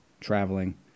traveling